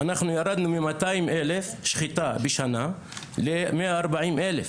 אנחנו ירדנו מ-200,000 שחיטה בשנה ל-140,000.